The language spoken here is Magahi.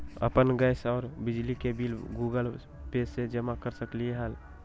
अपन गैस और बिजली के बिल गूगल पे से जमा कर सकलीहल?